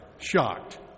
shocked